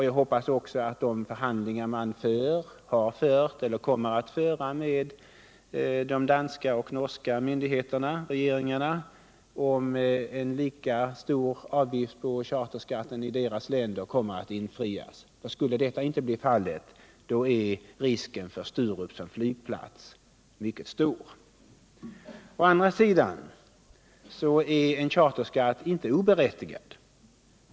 Jag hoppas också att de förhandlingar man för, har fört eller kommer att föra med de danska och norska regeringarna om en lika stor charterskatt i dessa länder kommer att leda till ett för oss gynnsamt resultat. Skulle det inte bli fallet, är risken för Sturup som flygplats mycket stor. Å andra sidan är en charterskatt inte oberättigad.